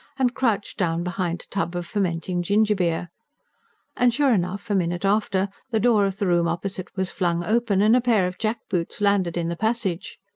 and crouched down behind a tub of fermenting gingerbeer and sure enough, a minute after, the door of the room opposite was flung open and a pair of jackboots landed in the passage.